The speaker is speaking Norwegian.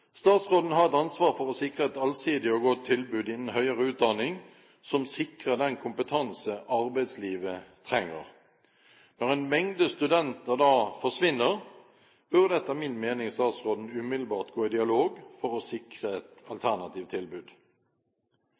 Statsråden har et ansvar for å sikre et allsidig og godt tilbud innen høyere utdanning som sikrer den kompetanse arbeidslivet trenger. Når en mengde studenter da forsvinner, burde etter min mening statsråden umiddelbart gå i dialog for å sikre et alternativt tilbud.